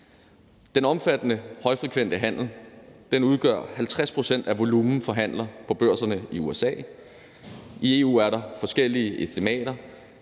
Den omfattende højfrekvente handel udgør 50 pct. af volumenen af handler på børserne i USA. I EU er der forskellige estimater.